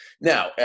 Now